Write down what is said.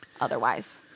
otherwise